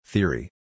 Theory